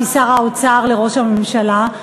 משר האוצר לראש הממשלה,